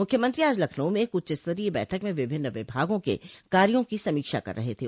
मुख्यमंत्री आज लखनऊ में एक उच्चस्तरीय बैठक में विभिन्न विभागों के कार्यो की समीक्षा कर रहे थे